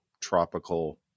tropical